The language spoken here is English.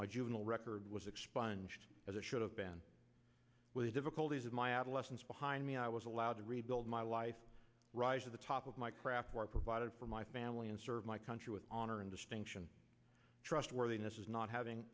my juvenile record was expunged as it should have been the difficulties of my adolescence behind me i was allowed to rebuild my life rise to the top of my craft where i provided for my family and serve my country with honor and distinction trustworthiness is not having